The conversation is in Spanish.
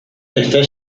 está